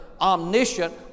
omniscient